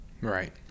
Right